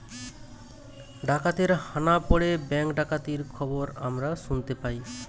ডাকাতের হানা পড়ে ব্যাঙ্ক ডাকাতির খবর আমরা শুনতে পাই